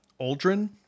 Aldrin